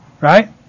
Right